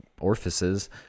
orifices